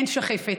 אין שחפת,